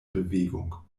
bewegung